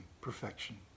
perfection